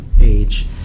age